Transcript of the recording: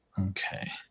Okay